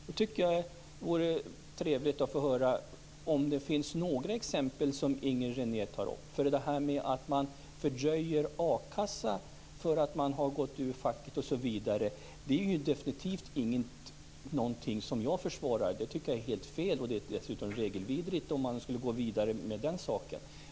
Det vore trevligt att få höra om det finns några exempel som Inger René kan ta upp. Detta att man fördröjer a-kassa för att man har gått ur facket osv. är definitivt inte något som jag försvarar. Det tycker jag är helt fel, och det vore dessutom regelvidrigt om man skulle gå vidare med den saken.